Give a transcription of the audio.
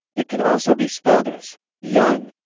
it can also be spelled as youn.